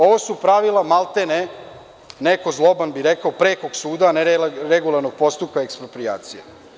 Ovo su pravila maltene, neko zloban bi rekao prekog suda, a ne regularnog postupka eksproprijacije.